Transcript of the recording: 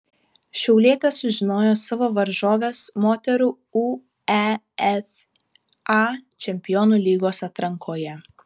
šiaulietės sužinojo savo varžoves moterų uefa čempionų lygos atrankoje